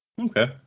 okay